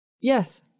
Yes